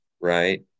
right